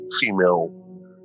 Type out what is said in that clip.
female